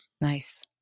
Nice